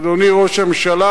אדוני ראש הממשלה,